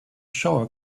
shower